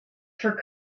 for